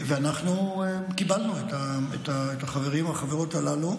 אנחנו קיבלנו את החברים והחברות הללו,